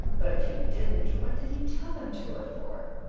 but if he didn't what did he tell them to her for?